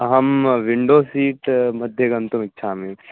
अहं window seat मध्ये गन्तुमिच्छामि